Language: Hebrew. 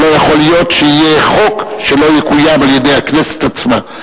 שלא יכול להיות שיהיה חוק שלא יקוים על-ידי הכנסת עצמה.